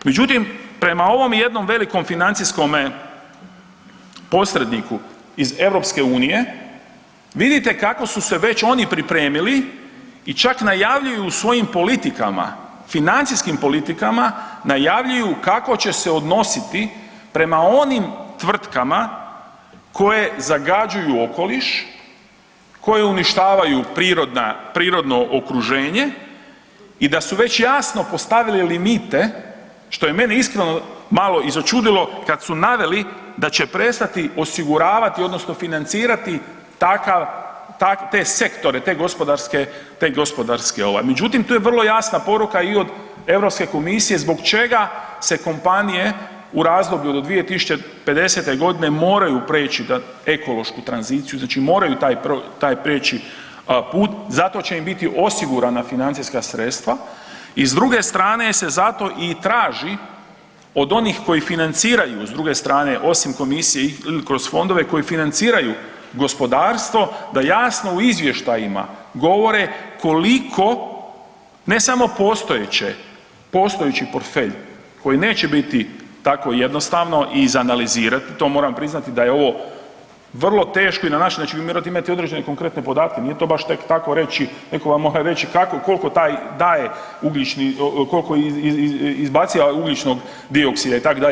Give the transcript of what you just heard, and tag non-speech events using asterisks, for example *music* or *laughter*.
Međutim, prema ovom jednom velikom financijskome posredniku iz EU, vidite kako su se već oni pripremili i čak najavljuju u svojim politikama, financijskim politikama najavljuju kako će se odnositi prema onim tvrtkama koje zagađuju okoliš, koje uništavaju prirodno okruženje i da su već jasno postavili limite, što je mene iskreno i začudilo, kad su naveli da će prestati osiguravati, odnosno financirati takav, te sektore, te gospodarske ovaj, međutim, tu je vrlo jasna poruka i od EU komisije zbog čega se kompanije u razdoblju do 2050. g. moraju preći na ekološku tranziciju, znači moraju taj prijeći put, zato će im biti osigurana financijska sredstva i s druge strane se zato i traži od onih koji financiraju s druge strane, osim Komisije i kroz fondove koji financiraju gospodarstvo, da jasno u izvještajima govore koliko, ne samo postojeći portfelj koji neće biti tako jednostavno i izanalizirati, to moram priznati da je ovo vrlo teško i ... *unintelligible* imati određene konkretne podatke, nije to baš tek tako reći, neko vam mora reći kako, koliko daje ugljični, koliko izbaciva ugljičnog dioksida, itd.